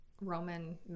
Roman